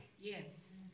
Yes